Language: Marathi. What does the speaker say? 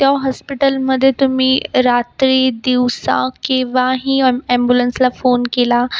त्या हॉस्पिटलमध्ये तुम्ही रात्री दिवसा केव्हाही ॲम् ॲम्ब्युलन्सला फोन केला